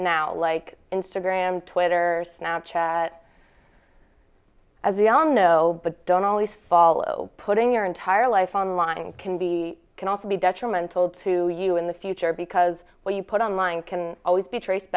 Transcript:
snap chat as we all know but don't always follow putting your entire life online and can be can also be detrimental to you in the future because when you put online can always be traced